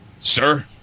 Sir